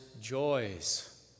joys